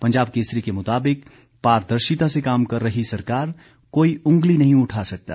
पंजाब केसरी के मुताबिक पारदर्शिता से काम कर रही सरकार कोई उंगली नहीं उठा सकता